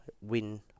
win